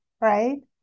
right